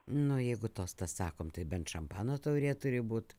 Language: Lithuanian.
nu jeigu tostą sakom tai bent šampano taurė turi būt